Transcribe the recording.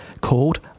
called